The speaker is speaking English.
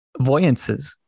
voyances